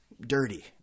dirty